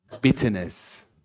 Bitterness